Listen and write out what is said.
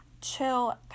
Chill